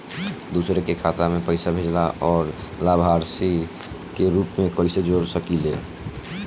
दूसरे के खाता में पइसा भेजेला और लभार्थी के रूप में कइसे जोड़ सकिले?